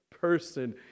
person